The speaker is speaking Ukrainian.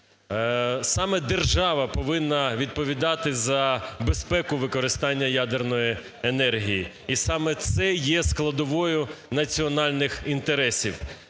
Саме держава повинна відповідати за безпеку використання ядерної енергії. І саме це є складовою національних інтересів.